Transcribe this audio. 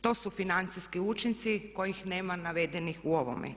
To su financijski učinci kojih nema navedenih u ovome.